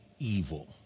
evil